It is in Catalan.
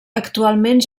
actualment